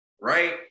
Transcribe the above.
right